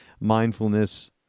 mindfulness